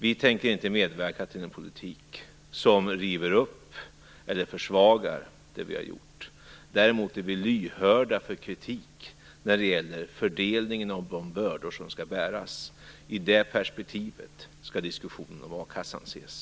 Vi tänker inte medverka till någon politik som river upp eller försvagar det vi har gjort. Däremot är vi lyhörda för kritik när det gäller fördelningen av de bördor som skall bäras. I det perspektivet skall diskussionen om a-kassan ses.